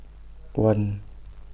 one